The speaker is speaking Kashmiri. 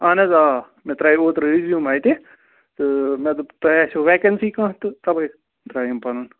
اہن حظ آ مےٚ ترٛاے اوترٕ رِزیوٗم اَتہِ تہٕ مےٚ دوٚپ تُہۍ آسیو وٮ۪کنسی کانٛہہ تہٕ توے ترٛایِم پَنُن